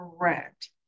correct